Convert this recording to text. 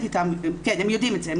הם יודעים את זה.